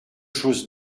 chose